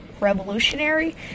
revolutionary